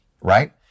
right